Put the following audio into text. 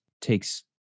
takes